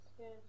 yes